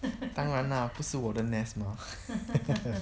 当然 lah 不是我的 nest mah